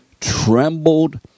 trembled